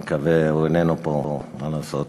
הוא איננו פה, מה לעשות